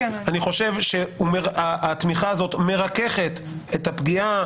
אני חושב שהתמיכה הזאת מרככת את הפגיעה,